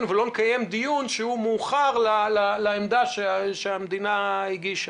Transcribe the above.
ולא נקיים דיון שהוא מאוחר לעמדה שהמדינה הגישה.